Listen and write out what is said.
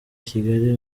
kigali